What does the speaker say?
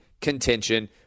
contention